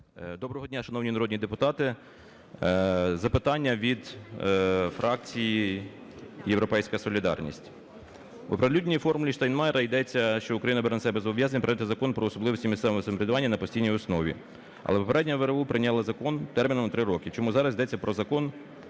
Доброго дня, шановні народні депутати! Запитання від фракції "Європейська солідарність". В оприлюдненій "формулі Штайнмайєра" йдеться, що Україна бере на себе зобов'язання прийняти Закон про особливості місцевого самоврядування на постійній основі. Але попередня ВРУ прийняла закон терміном на 3 роки. Чому зараз йдеться про закон